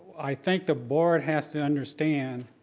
i think the board has to understand,